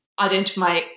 identify